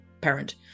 parent